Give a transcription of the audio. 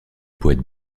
poète